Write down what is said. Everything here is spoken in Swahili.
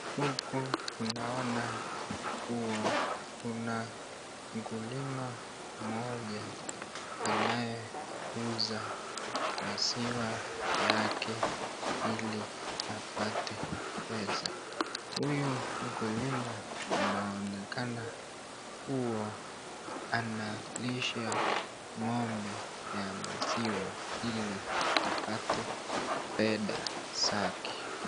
Huku tunaona kuwa kuna mkulima moja anauza maziwa yake ili apate pesa. Huyu mkulima anaonekana kuwa analisha ng'ombe ya maziwa ili apate fedha zake.